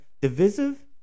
divisive